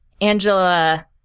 Angela